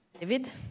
David